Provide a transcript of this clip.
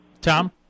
Tom